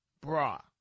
bra